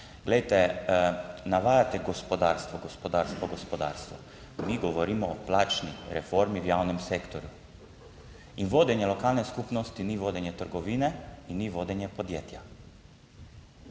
Glejte navajate gospodarstvo, gospodarstvo, gospodarstvo. Mi govorimo o plačni reformi v javnem sektorju. In vodenje lokalne skupnosti ni vodenje trgovine in ni vodenje podjetja.